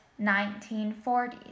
1940s